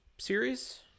series